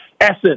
Essence